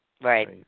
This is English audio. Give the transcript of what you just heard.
Right